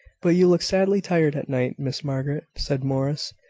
but you looked sadly tired at night, miss margaret, said morris.